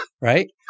right